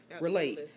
Relate